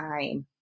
time